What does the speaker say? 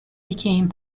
became